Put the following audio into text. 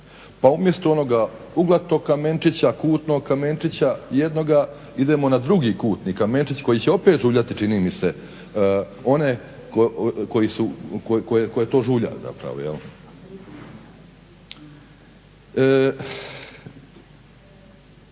pa umjesto onoga uglatog kamenčića, kutnog kamenčića jednoga idemo na drugi kutni kamenčić koji će opet žuljati čini mi se one koje to žulja. Rekao